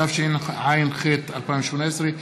התשע"ח 2018,